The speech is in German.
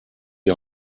die